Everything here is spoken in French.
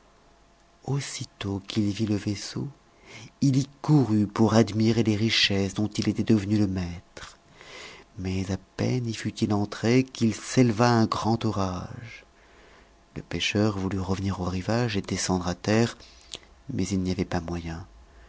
aussitôt qu'il vit le vaisseau il y courut pour admirer les richesses dont il était devenu le maître mais à peine y fut-il entré qu'il s'éleva un grand orage le pêcheur voulut revenir au rivage et descendre à terre mais il n'y avait pas moyen